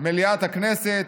מליאת הכנסת,